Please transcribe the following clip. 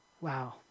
Wow